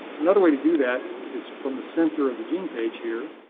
another way to do that is from the center of the gene page here.